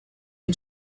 and